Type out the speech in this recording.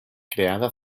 creada